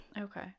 Okay